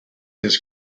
his